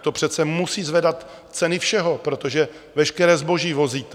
To přece musí zvedat ceny všeho, protože veškeré zboží vozíte.